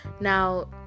now